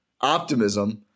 optimism